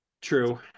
true